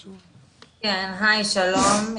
שלום,